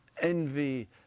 envy